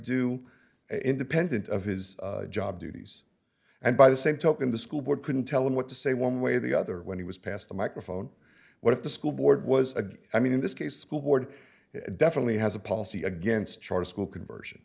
do independent of his job duties and by the same token the school board couldn't tell him what to say one way or the other when he was past the microphone what if the school board was again i mean in this case school board definitely has a policy against charter school conversion